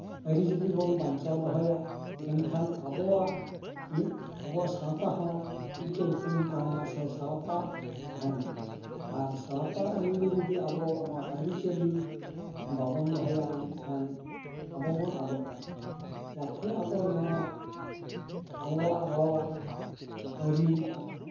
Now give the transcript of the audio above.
ᱟᱹᱨᱤ ᱡᱩᱫᱤ ᱵᱚᱱ ᱵᱟᱧᱪᱟᱣ ᱫᱚᱦᱚᱭᱟ ᱢᱮᱱᱠᱷᱟᱜ ᱟᱵᱚᱣᱟᱜ ᱟᱵᱚᱣᱟᱜ ᱥᱟᱶᱛᱟ ᱦᱚᱸ ᱢᱤᱫᱴᱟᱱ ᱩᱯᱨᱩᱢ ᱛᱟᱦᱮᱱᱟ ᱥᱮ ᱥᱟᱶᱛᱟ ᱛᱟᱦᱮᱱᱟ ᱟᱨ ᱥᱟᱶᱛᱟ ᱟᱹᱭᱩᱨᱤᱭᱟᱹ ᱡᱩᱫᱤ ᱟᱵᱚ ᱱᱚᱣᱟ ᱟᱹᱨᱤᱪᱟᱹᱞᱤ ᱵᱟᱵᱚᱱ ᱫᱚᱦᱚᱭᱟ ᱢᱮᱱᱠᱷᱟᱱ ᱟᱵᱚ ᱵᱚᱱ ᱟᱫᱚᱜ ᱠᱟᱱᱟ ᱡᱟᱛᱮ ᱟᱵᱚ ᱱᱚᱣᱟ ᱟᱵᱚᱣᱟᱜ ᱨᱚᱲ ᱟᱹᱨᱤ